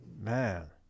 Man